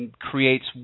creates